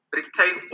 retain